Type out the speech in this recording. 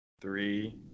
Three